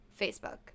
Facebook